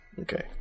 okay